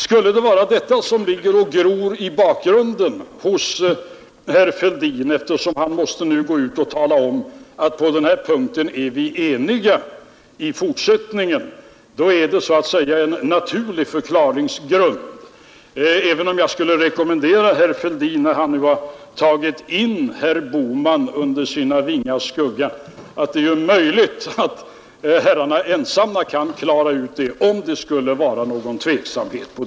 Om det är detta som ligger och gror hos herr Fälldin, och som gjorde att han här måste tala om att man nu är enig på denna punkt i fortsättningen, så kan väl det vara en naturlig förklaringsgrund. Men när herr Fälldin nu har tagit herr Bohman under sina vingars skugga är det ju möjligt att herrarna själva kan klara ut denna sak, om det därvidlag skulle råda någon tveksamhet.